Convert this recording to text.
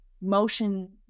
motion